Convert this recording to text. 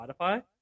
Spotify